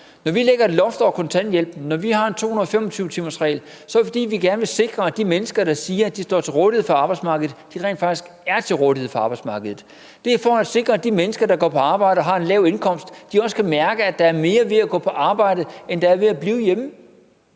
Når vi lægger et loft over kontanthjælpen, når vi har en 225-timersregel, er det, fordi vi gerne vil sikre, at de mennesker, der siger, at de står til rådighed for arbejdsmarkedet, rent faktisk er til rådighed for arbejdsmarkedet. Det er for at sikre, at de mennesker, der går på arbejde og har en lav indkomst, også kan mærke, at der er mere ved at gå på arbejde, end der er ved at blive hjemme.